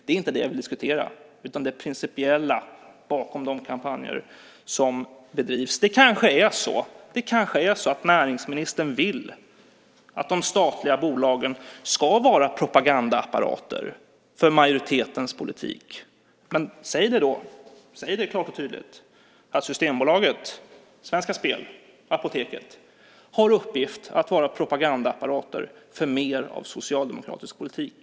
Det är inte det jag vill diskutera, utan det gäller det principiella bakom de kampanjer som bedrivs. Kanske är det så att näringsministern vill att de statliga bolagen ska vara propagandaapparater för majoritetens politik. Men säg då klart och tydligt att Systembolaget, Svenska Spel och Apoteket har i uppgift att vara propagandaapparater för mer av socialdemokratisk politik!